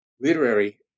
literary